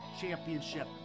Championship